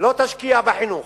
לא תשקיע בחינוך,